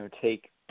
take